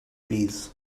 bees